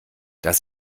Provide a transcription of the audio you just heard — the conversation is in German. dass